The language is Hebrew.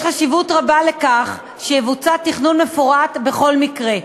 יש חשיבות רבה לכך שיבוצע תכנון מפורט בכל מקרה,